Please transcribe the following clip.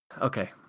Okay